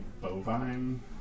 bovine